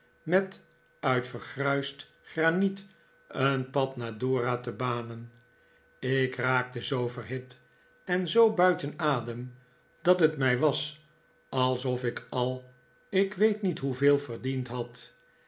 met uit vergruisd graniet een pad naar dora te banen ik raakte zoo verhit en zoo buiten adem dat het mij was alsof ik al ik weet niet hoeveel verdiend had